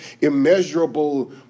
immeasurable